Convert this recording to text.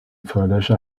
feuerlöscher